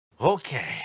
okay